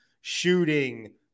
shooting